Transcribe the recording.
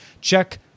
check